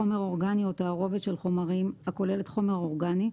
חומר אורגני או תערובת של חומרים הכוללת חומר אורגני,